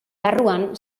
barruan